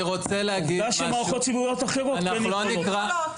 עובדה שמערכות ציבוריות אחרות כן יכולות.